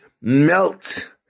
melt